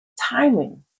Timing